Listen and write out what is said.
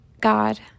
God